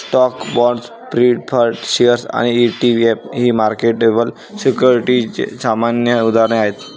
stocks, bonds, preferred shares आणि ETF ही marketable सिक्युरिटीजची सामान्य उदाहरणे आहेत